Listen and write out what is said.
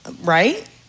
right